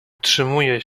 otrzymuje